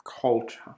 culture